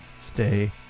Stay